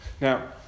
Now